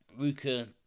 Ruka